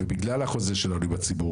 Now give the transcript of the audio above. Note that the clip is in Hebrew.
בגלל החוזה שלנו עם הציבור.